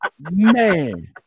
man